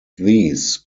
these